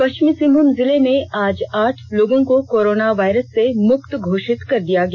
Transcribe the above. पष्चिमी सिंहभूम जिले में आज आठ लोगों को कोरोना वायरस से मुक्त घोषित कर दिया गया